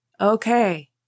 Okay